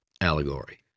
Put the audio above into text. allegory